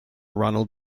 ronald